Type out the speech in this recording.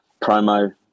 promo